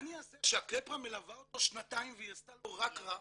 מה אני אעשה שהקפרה מלווה אותו שנתיים והיא עשתה לו רק רע?